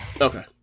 Okay